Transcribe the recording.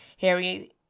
harry